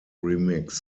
remix